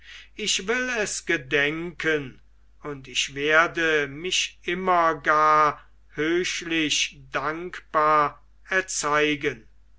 ich will es gedenken und ich werde mich immer gar höchlich dankbar erzeigen